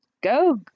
go